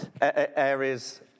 areas